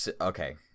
okay